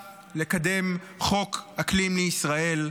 שלא קידמה אף חוק אחד לטובת הסביבה מאז הקמת הממשלה הזאת?